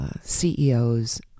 CEOs